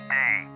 day